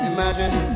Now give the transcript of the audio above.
Imagine